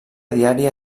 diària